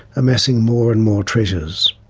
amassing more and more treasures.